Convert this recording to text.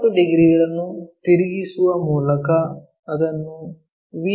P 90 ಡಿಗ್ರಿಗಳನ್ನು ತಿರುಗಿಸುವ ಮೂಲಕ ಅದನ್ನು ವಿ